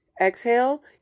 Exhale